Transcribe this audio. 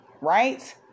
right